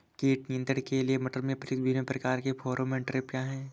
कीट नियंत्रण के लिए मटर में प्रयुक्त विभिन्न प्रकार के फेरोमोन ट्रैप क्या है?